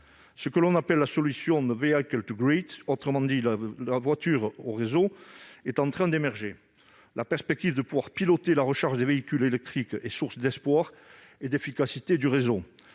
Ce qu'on appelle le procédé, autrement dit « de la voiture au réseau », est en train d'émerger. La perspective de piloter la recharge des véhicules électriques est source d'espoir et d'efficacité du réseau.